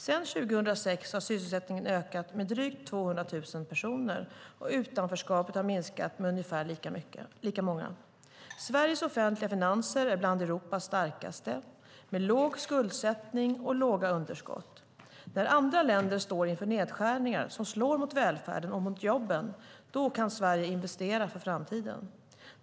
Sedan 2006 har sysselsättningen ökat med drygt 200 000 personer, och utanförskapet har minskat med ungefär lika många. Sveriges offentliga finanser är bland Europas starkaste, med låg skuldsättning och låga underskott. När andra länder står inför nedskärningar som slår mot välfärd och jobb kan Sverige investera för framtiden.